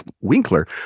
Winkler